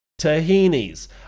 Tahini's